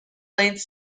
length